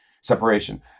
separation